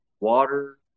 water